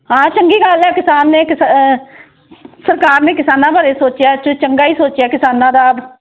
ਹਾਂ ਚੰਗੀ ਗੱਲ ਹੈ ਕਿਸਾਨ ਨੇ ਕਿਸਾ ਸਰਕਾਰ ਨੇ ਕਿਸਾਨਾਂ ਬਾਰੇ ਸੋਚਿਆ ਚ ਚੰਗਾ ਹੀ ਸੋਚਿਆ ਕਿਸਾਨਾਂ ਦਾ